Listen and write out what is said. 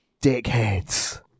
Dickheads